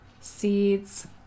seeds